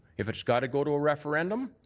if it's got to go to a referendum,